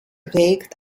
regt